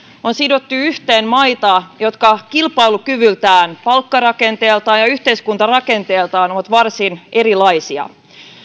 on sidottu yhteen maita jotka kilpailukyvyltään palkkarakenteeltaan ja yhteiskuntarakenteeltaan ovat varsin erilaisia